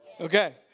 Okay